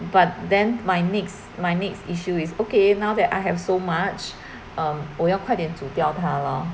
but then my next my next issue is okay now that I have so much 我要快点煮掉它咯